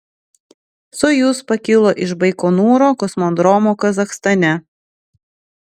sojuz pakilo iš baikonūro kosmodromo kazachstane